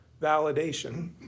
validation